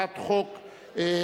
לכן אני קובע שהצעת חוק יסודות